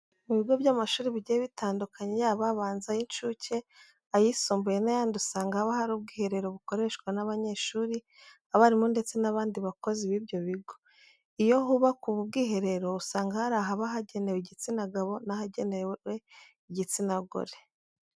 Mu bigo by'amashuri bigiye bitandukanye yaba abanza, ay'incuke, ayisumbuye n'ayandi usanga haba hari ubwiherero bukoreshwa n'abanyeshuri, abarimu ndetse n'abandi bakozi b'ibyo bigo. Iyo hubakwa ubu bwiherero, usanga hari ahaba hagenewe igitsina gabo n'ahagenewe igitsina gore.